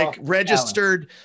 registered